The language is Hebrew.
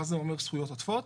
מה זאת אומרת זכויות עודפות?